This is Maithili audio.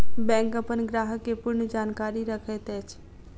बैंक अपन ग्राहक के पूर्ण जानकारी रखैत अछि